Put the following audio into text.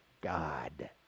God